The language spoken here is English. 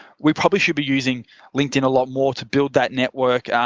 we probably should be using linkedin a lot more to build that network,